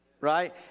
right